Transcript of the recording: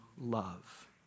love